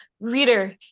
reader